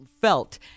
felt